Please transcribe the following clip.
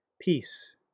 peace